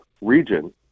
region